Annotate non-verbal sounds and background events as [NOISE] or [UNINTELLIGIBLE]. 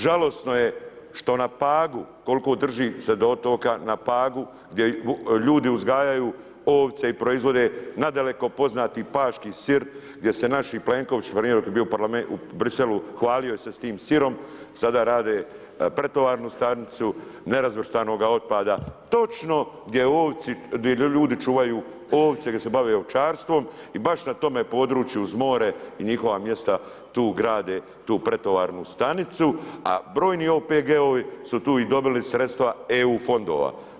Žalosno je što na Pagu, koliko drži se do otoka, na Pagu gdje ljudi uzgajaju ovce i proizvode nadaleko poznati paški sir, gdje se naši Plenkovići ... [UNINTELLIGIBLE] dok je bio u Briselu, hvalio se s tim sirom, sada rade pretovarnu stanicu nerazvrstanoga otpada točno gdje ovce, gdje ljudi čuvaju ovce, gdje se bave ovčarstvom i baš na tome području uz more njihova mjesta tu grade tu pretovarnu stanicu, a brojni OPG-ovi su tu i dobili sredstva EU fondova.